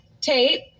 tape